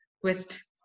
quest